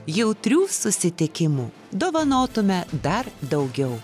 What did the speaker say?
jautrių susitikimų dovanotume dar daugiau